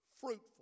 fruitful